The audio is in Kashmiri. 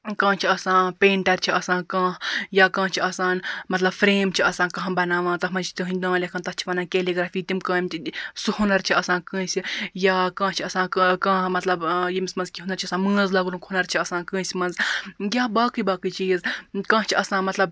کانٛہہ چھُ آسان پینٹَر چھِ آسان کانٛہہ یا کانٛہہ چھُ آسان مَطلَب فرٛیم چھِ آسان کانٛہہ بَناوان تَتھ مَنٛز چھ تِہٕنٛدۍ ناو لیٚکھان تَتھ چھِ وَنان کیلی گرٛافی تِم کامہِ تہِ سُہ ہُنَر چھُ آسان کٲنٛسہِ یا کانٛہہ چھُ آسان کانٛہہ کانٛہہ مَطلَب ییٚمِس مَنٛز کیٚنٛہہ ہُنَر چھُ آسان مٲنٛز لاگنُک ہُنَر چھُ آسان کٲنٛسہِ مَنٛز یا باقٕے باقٕے چیٖز کانٛہہ چھُ آسان مَطلَب